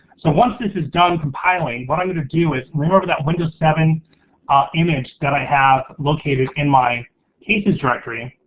so once this is done compiling, what i'm gonna do is remember that windows seven ah image that i have located in my cases directory,